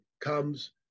comes